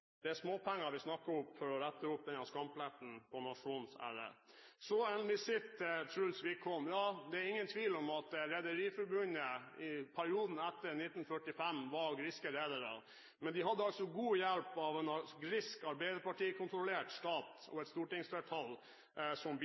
vi snakker om for å rette opp i denne skampletten på nasjonens ære. Så en visitt til Truls Wickholm. Det er ingen tvil om at Rederiforbundet i perioden etter 1945 besto av griske redere – men de hadde altså god hjelp av en grisk arbeiderpartikontrollert stat og et stortingsflertall som